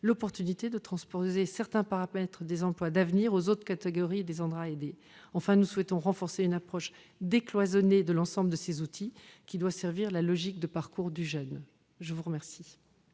l'opportunité de transposer certains paramètres des emplois d'avenir aux autres catégories de contrats aidés. Enfin, nous souhaitons renforcer une approche décloisonnée de l'ensemble de ces outils, qui doit servir la logique de parcours du jeune. La parole